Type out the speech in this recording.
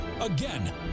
Again